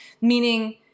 Meaning